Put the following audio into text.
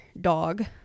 dog